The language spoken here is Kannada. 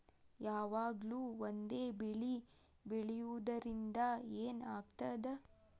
ಯಾವಾಗ್ಲೂ ಒಂದೇ ಬೆಳಿ ಬೆಳೆಯುವುದರಿಂದ ಏನ್ ಆಗ್ತದ?